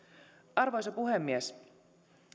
arvoisa puhemies